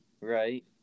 Right